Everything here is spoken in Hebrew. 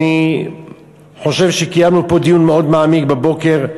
אני חושב שקיימנו פה דיון מאוד מעמיק בבוקר,